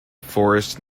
forest